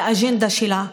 לאג'נדה שלה,